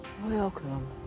Welcome